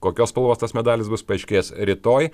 kokios spalvos tas medalis bus paaiškės rytoj